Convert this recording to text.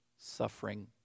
Suffering